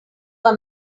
your